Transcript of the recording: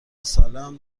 سالهام